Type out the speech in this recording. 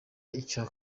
icya